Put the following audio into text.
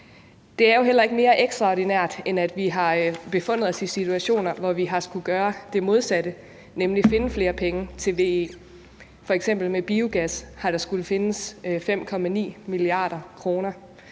Det er jo heller ikke mere ekstraordinært, end at vi har befundet os i situationer, hvor vi har skullet gøre det modsatte, nemlig finde flere penge til VE, f.eks. har der med biogas skullet findes 5,9 mia. kr.